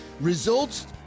Results